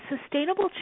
sustainable